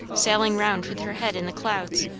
sailing round with her head in the clouds.